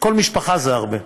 כל משפחה זה הרבה,